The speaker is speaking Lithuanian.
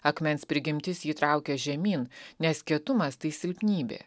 akmens prigimtis jį traukia žemyn nes kietumas tai silpnybė